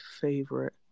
favorite